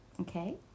okay